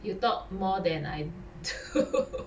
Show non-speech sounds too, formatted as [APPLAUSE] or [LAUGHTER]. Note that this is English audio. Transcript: you talk more than I [LAUGHS]